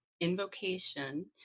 invocation